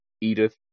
Edith